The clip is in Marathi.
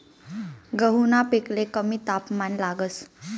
गहूना पिकले कमी तापमान लागस